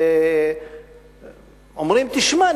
ואומרים: תשמע,